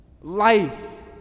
life